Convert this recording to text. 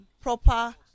proper